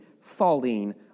falling